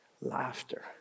laughter